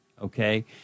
okay